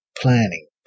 Planning